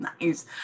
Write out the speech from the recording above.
Nice